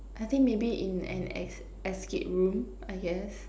I think maybe in an es~ escape room I guess